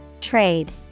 Trade